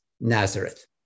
Nazareth